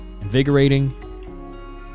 invigorating